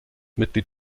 mitglied